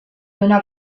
una